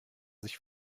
sich